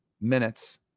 minutes